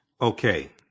Okay